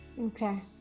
Okay